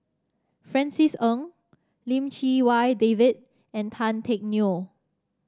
Francis Ng Lim Chee Wai David and Tan Teck Neo